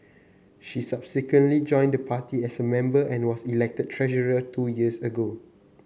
she subsequently joined the party as a member and was elected treasurer two years ago